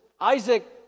Isaac